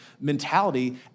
mentality